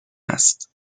است